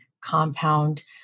compound